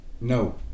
No